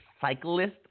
cyclist